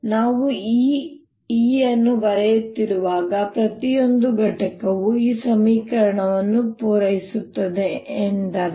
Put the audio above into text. ನಾನು ಈ E ಅನ್ನು ಬರೆಯುತ್ತಿರುವಾಗ ಪ್ರತಿಯೊಂದು ಘಟಕವು ಈ ಸಮೀಕರಣವನ್ನು ಪೂರೈಸುತ್ತದೆ ಎಂದರ್ಥ